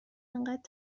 انقدر